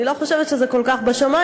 אני לא חושבת שזה כל כך בשמים,